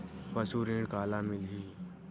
पशु ऋण काला मिलही?